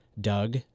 doug